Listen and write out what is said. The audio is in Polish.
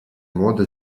młody